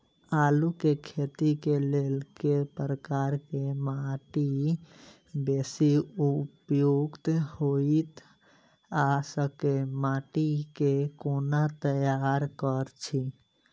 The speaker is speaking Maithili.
आलु केँ खेती केँ लेल केँ प्रकार केँ माटि बेसी उपयुक्त होइत आ संगे माटि केँ कोना तैयार करऽ छी?